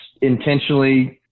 intentionally